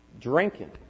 Drinking